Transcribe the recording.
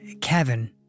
Kevin